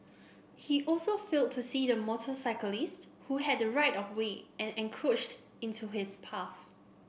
he also failed to see the motorcyclist who had the right of way and encroached into his path